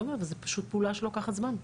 זה פשוט פעולה שלוקחת זמן.